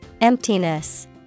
Emptiness